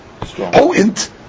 potent